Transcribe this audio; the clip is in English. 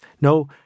No